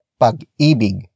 pag-ibig